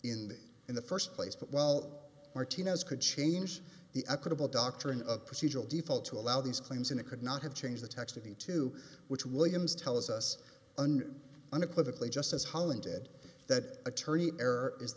the in the first place but while martinez could change the equitable doctrine of procedural default to allow these claims in it could not have changed the text of the two which williams tells us and unequivocally just as holland did that attorney error is